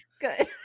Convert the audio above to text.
Good